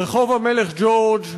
רחוב המלך ג'ורג'